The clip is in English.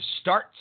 start